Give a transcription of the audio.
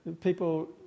people